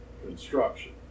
Construction